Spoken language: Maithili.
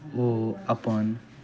ओ अपन